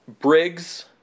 Briggs